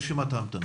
רשימת ההמתנה.